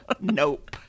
nope